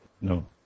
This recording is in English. No